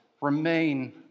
remain